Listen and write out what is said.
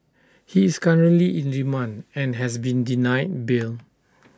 he is currently in remand and has been denied bail